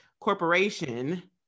corporation